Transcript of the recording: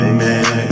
man